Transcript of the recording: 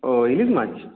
ও ইলিশ মাছ